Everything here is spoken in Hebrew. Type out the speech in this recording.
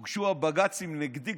שכשהוגשו הבג"צים נגדי,